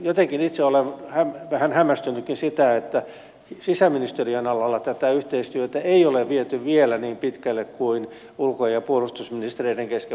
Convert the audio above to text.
jotenkin itse olen vähän hämmästynytkin siitä että sisäministeriön alalla tätä yhteistyötä ei ole viety vielä niin pitkälle kuin ulko ja puolustusministereiden kesken